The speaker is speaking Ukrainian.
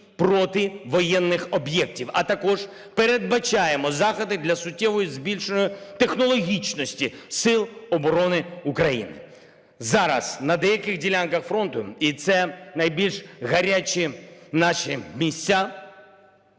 проти воєнних об'єктів, а також передбачаємо заходи для суттєвого збільшення технологічності сил оборони України. Зараз на деяких ділянках фронту, і це найбільш гарячі наші місця,